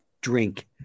drink